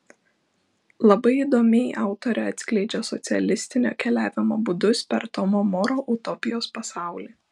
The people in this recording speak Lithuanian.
labai įdomiai autorė atskleidžia socialistinio keliavimo būdus per tomo moro utopijos pasaulį